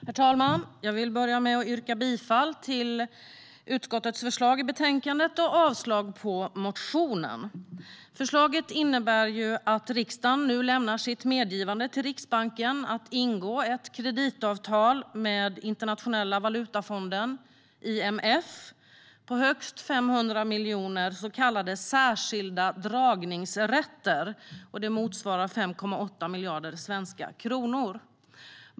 Herr talman! Jag vill börja med att yrka bifall till utskottets förslag i betänkandet och avslag på motionen. Förslaget innebär att riksdagen nu lämnar sitt medgivande till Riksbanken att ingå ett kreditavtal med Internationella valutafonden, IMF, på högst 500 miljoner så kallade särskilda dragningsrätter, vilket motsvarar 5,8 miljarder svenska kronor.